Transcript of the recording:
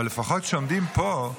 אבל לפחות כשעומדים פה,